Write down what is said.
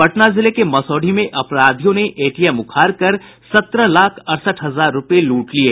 पटना जिले के मसौढ़ी में अपराधियों ने एटीएम उखाड़ कर सत्रह लाख अड़सठ हजार रूपये लूट लिये